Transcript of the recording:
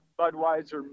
Budweiser